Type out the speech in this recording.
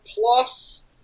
plus